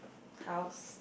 house